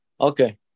Okay